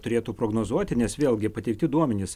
turėtų prognozuoti nes vėlgi pateikti duomenys